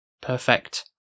perfect